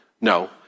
No